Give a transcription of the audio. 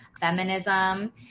feminism